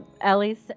Ellie's